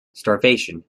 starvation